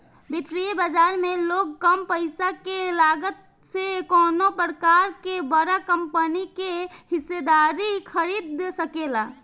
वित्तीय बाजार में लोग कम पईसा के लागत से कवनो प्रकार के बड़ा कंपनी के हिस्सेदारी खरीद सकेला